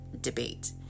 Debate